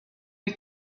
you